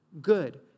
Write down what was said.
good